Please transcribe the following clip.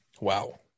Wow